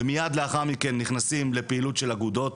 ומייד לאחר מכן נכנסים לפעילות של אגודות,